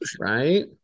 right